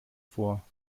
vor